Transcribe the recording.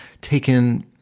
taken